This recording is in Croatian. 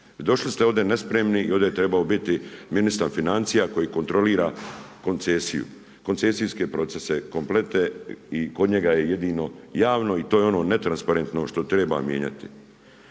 došli ste ovdje nespremni i ovdje je trebao biti ministar financija koji kontrolira koncesiju, koncesijske procese, kompletne i kod njega je jedino javno i to je ono netransparentno što treba mijenjati.